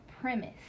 premise